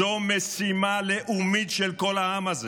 זו משימה לאומית של כל העם הזה.